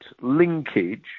linkage